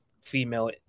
female